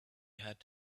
had